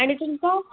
आणि तुमचा